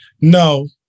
No